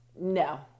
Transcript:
no